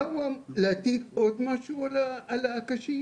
להטיל עוד משהו על הקשיש?